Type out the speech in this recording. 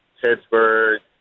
Pittsburgh